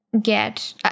get